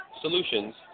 Solutions